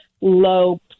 low